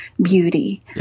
beauty